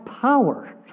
power